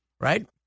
Right